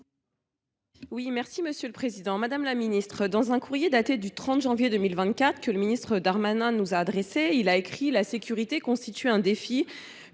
Mme Christine Lavarde. Madame la ministre, dans un courrier daté du 30 janvier 2024 que le ministre Darmanin nous a adressé, il est écrit :« La sécurité constitue un défi